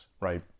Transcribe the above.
right